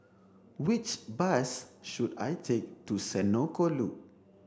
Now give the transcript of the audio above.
which bus should I take to Senoko Loop